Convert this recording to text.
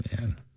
Man